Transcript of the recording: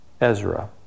Ezra